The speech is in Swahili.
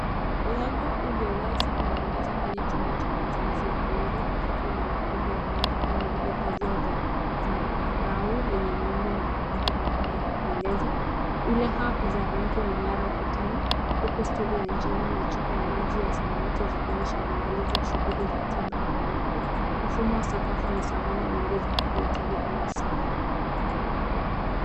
Mlango ulio wazi unaongoza kwenye chumba cha mazoezi ya viungo kikiwa na mapambo ya rangi kama vile pazia za zambarau lenye miundo na mapambo mengine ya kupendeza ulahab za rangi ung'ara ukutani huku stuli ya njano na chupa ya maji ya samawati zikionyesha maandalizi ya shughuli ya tiba ya viungo mfumo wa sakafu na dhamani huongeza hali ya utulivu na usafi.